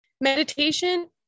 Meditation